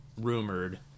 rumored